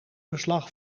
verslag